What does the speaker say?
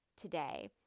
today